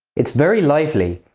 it's very lively,